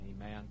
Amen